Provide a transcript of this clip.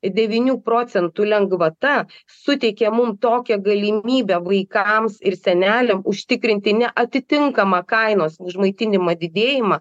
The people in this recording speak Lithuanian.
devynių procentų lengvata suteikė mum tokią galimybę vaikams ir seneliam užtikrinti ne atitinkamą kainos už maitinimą didėjimą